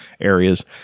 areas